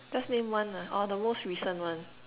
just name one lah or the most recent one